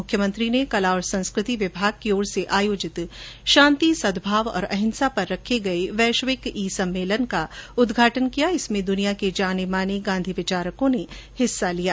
मुख्यमंत्री ने कला और संस्कृति विभाग की ओर से आयोजित शांति सदभाव और अहिंसा पर रखे गये वैश्विक ई सम्मेलन का उदघाटन किया जिसमें दुनिया के जाने माने गांधी विचारकों ने हिस्सा लिया